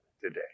today